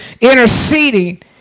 interceding